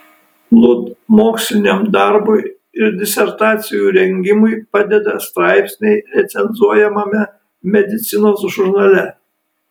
lud moksliniam darbui ir disertacijų rengimui padeda straipsniai recenzuojamame medicinos žurnale